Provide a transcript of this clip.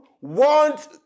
want